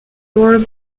door